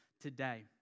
today